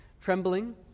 trembling